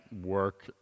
work